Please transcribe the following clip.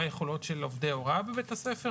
מה היכולות של עובדי ההוראה בבית הספר,